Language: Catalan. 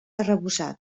arrebossat